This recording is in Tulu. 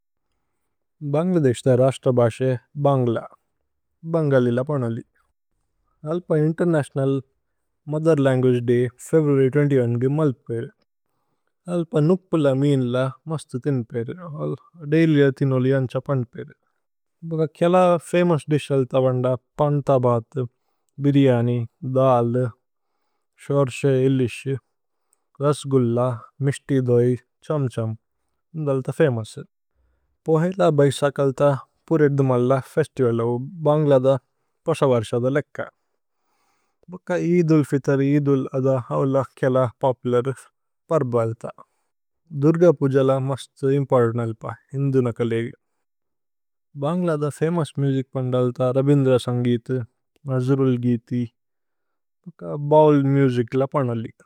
ഭന്ഗ്ലദേശ്ദേ രശ്ത്രബസേ ഭന്ഗ്ല ഭന്ഗലില। പനലി അല്പ international mother language. Day February ഇരുപത് ഒന്ന് ഗി മല്പേരേ അല്പ നുപ്പുല। മീന്ല മസ്തു തിന്പേരേ ദൈല്യ തിനോലി അന്ഛ। പന്ദ്പേരേ ഭഗ കേല ഫമോഉസ് ദിശ് അല്ത വന്ദ। പന്ഥ ഭത്, ബിര്യനി, ദല്, ശോര്ശേ ഇലിശ്। രസ്ഗുല്ല, മിസ്തി ദോഇ, ഛമ് ഛമ് പോഹേല। ബൈസകല്ത പുരേദ്ദുമല്ല ഫേസ്തിവലു ഭന്ഗ്ലദ। പസവര്ശ ദ ലേക്ക ഭക ഇദുല് ഫിതര് ഇദുല്। അദ ഔല കേല പോപുലര് പര്ബ അല്ത ദുര്ഗ। പുജല മസ്തു ഇമ്പജന അല്പ ഹിന്ദുന കലേഗ। ഭന്ഗ്ലദ ഫമോഉസ് മുസിച് പന്ദല്ത രബിന്ദ്ര। സന്ഗീതു നജ്രുല് ഗീതി ഭക ബൌല് മുസിച്ല പനലി।